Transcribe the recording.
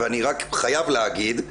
אני רק חייב להגיד,